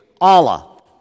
Allah